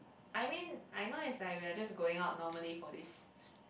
I mean I know it's like we are just going out normally for this